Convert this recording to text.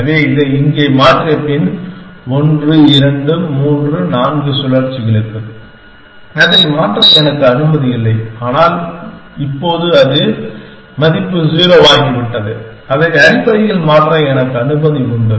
எனவே இதை இங்கே மாற்றிய பின் 1 2 3 4 சுழற்சிகளுக்கு அதை மாற்ற எனக்கு அனுமதி இல்லை ஆனால் இப்போது அது மதிப்பு 0 ஆகிவிட்டது அதை அடிப்படையில் மாற்ற எனக்கு அனுமதி உண்டு